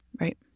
Right